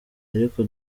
ariko